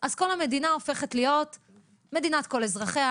אז כל המדינה הופכת להיות מדינת כל אזרחיה,